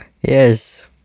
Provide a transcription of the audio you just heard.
Yes